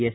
S